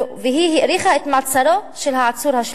והיא האריכה את מעצרו של העצור השלישי.